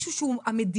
מישהו שהוא המדינה.